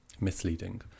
Misleading